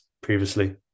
previously